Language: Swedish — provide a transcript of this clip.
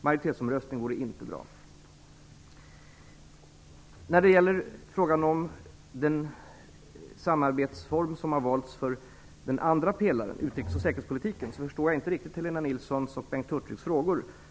Majoritetsomröstning vore inte bra. När det gäller frågan om den samarbetsform som har valts för den andra pelaren, utrikes och säkerhetspolitiken, så förstår jag inte riktigt Helena Nilssons och Bengt Hurtigs frågor.